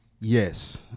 Yes